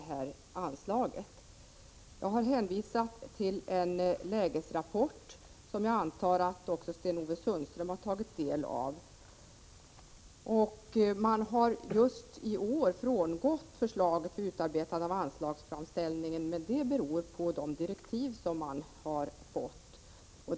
Jag har här hänvisat till en lägesrapport, som jag antar att också Sten-Ove Sundström har tagit del av. Just i år har verket vid utarbetandet av anslagsframställningen frångått förslaget, men det beror på de direktiv som verket har fått.